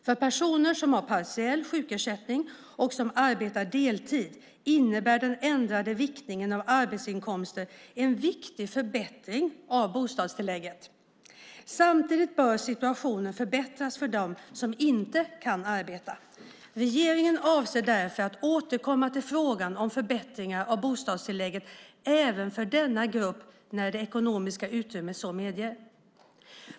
För personer som har partiell sjukersättning och som arbetar deltid innebär den ändrade viktningen av arbetsinkomster en viktig förbättring av bostadstillägget. Samtidigt bör situationen förbättras för dem som inte kan arbeta. Regeringen avser därför att återkomma till frågan om förbättringar av bostadstillägget även för denna grupp när det ekonomiska utrymmet så medger.